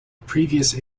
previous